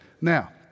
Now